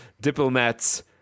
Diplomats